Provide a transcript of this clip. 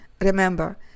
Remember